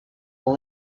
will